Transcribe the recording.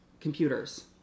computers